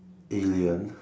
aliens